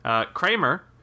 Kramer